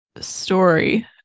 story